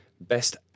Best